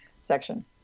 section